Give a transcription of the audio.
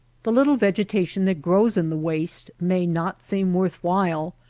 the little vegetation that grows in the waste may not seem worth while,